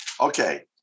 Okay